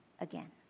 again